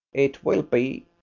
it will be.